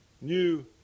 New